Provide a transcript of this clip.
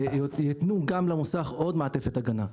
יתנו גם למוסך עוד מעטפת הגנה.